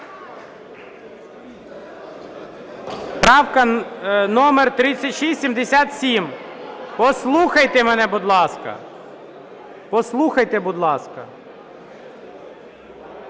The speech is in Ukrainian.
Правка номер 3677. Послухайте мене, будь ласка. Послухайте, будь ласка.